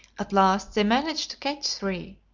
at last they managed to catch three.